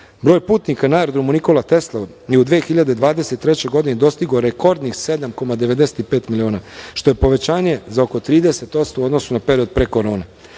Broj putnika na aerodromu „Nikola Tesla“ je u 2023. godini dostigao rekordnih 7,95 miliona, što je povećanje za oko 30% u odnosu na period pre korone. Nova